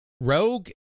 Rogue